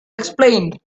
explained